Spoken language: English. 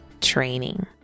training